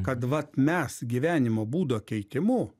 kad vat mes gyvenimo būdo keitimu